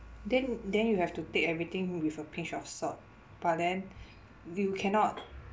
then then you have to take everything with a pinch of salt but then you cannot